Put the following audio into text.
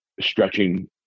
stretching